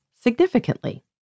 significantly